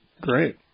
Great